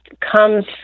comes